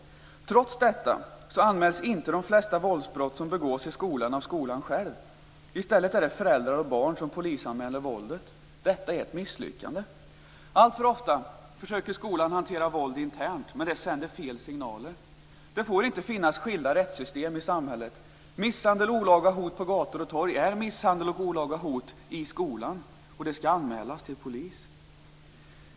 Trots detta anmäls inte de flesta våldsbrott som begås i skolan av skolan själv. I stället är det föräldrar och barn som polisanmäler våldet. Detta är ett misslyckande. Alltför ofta försöker skolan hantera våld internt. Men det sänder fel signaler. Det får inte finnas skilda rättssystem i samhället. Misshandel och olaga hot i skolan är detsamma som misshandel och olaga hot i samhället. Det skall anmälas till polis.